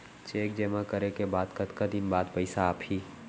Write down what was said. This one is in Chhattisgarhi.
चेक जेमा करे के कतका दिन बाद पइसा आप ही?